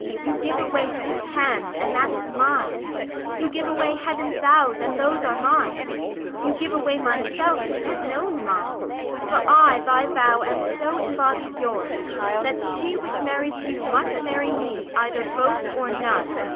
you give away this hand, and that is mine you give away heaven's vows, and those are mine you give away myself, which is known mine for i by vow am so embodied yours that she which marries you must marry me, either both or none.